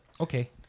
okay